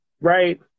right